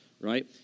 right